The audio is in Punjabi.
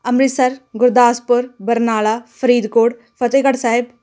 ਅੰਮ੍ਰਿਤਸਰ ਗੁਰਦਾਸਪੁਰ ਬਰਨਾਲਾ ਫਰੀਦਕੋਟ ਫਤਿਹਗੜ੍ਹ ਸਾਹਿਬ